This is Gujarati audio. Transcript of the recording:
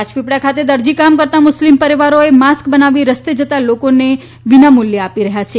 રાજ ી ળા ખાતે દરજી કામ કરતા મુસ્લીમ રીવારોએ માસ્ક બનાવી રસ્તે જતા લોકોને વિના મુલ્યે આપી રહયાં છે